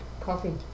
Coffee